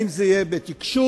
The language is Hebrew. אם זה יהיה בתקשוב,